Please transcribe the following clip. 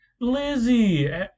lizzie